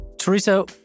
Teresa